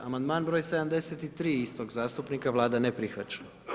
Amandman broj 73. istog zastupnika, Vlada ne prihvaća.